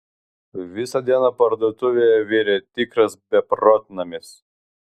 visą dieną parduotuvėje virė tikras beprotnamis